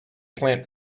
plant